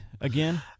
again